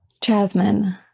Jasmine